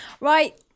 Right